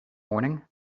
morning